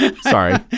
Sorry